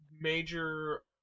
major